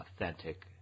authentic